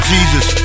Jesus